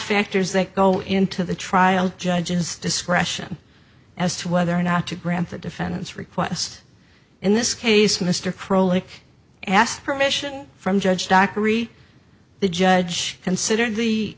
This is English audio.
factors that go into the trial judge's discretion as to whether or not to grant the defendant's request in this case mr prolific asked permission from judge dockery the judge considered the